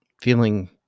feeling